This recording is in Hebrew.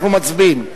אנחנו מצביעים.